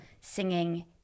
singing